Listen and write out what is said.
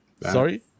Sorry